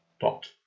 dot